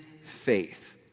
faith